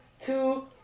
two